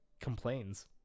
complains